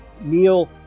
Neil